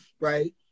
right